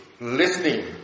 listening